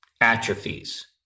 atrophies